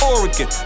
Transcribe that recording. Oregon